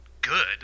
good